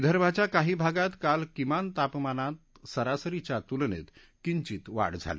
विदर्भाच्या काही भागात काल किमान तापमानात सरासरीच्या तुलनेत किंचित वाढ झाली